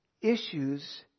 issues